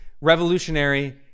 revolutionary